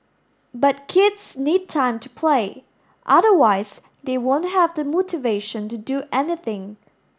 but kids need time to play otherwise they won't have the motivation to do anything